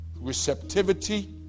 receptivity